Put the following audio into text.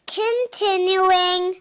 continuing